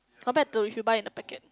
compared to if you buy in a packet